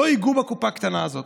לא ייגעו בקופה הקטנה הזאת.